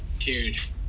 huge